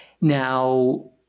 Now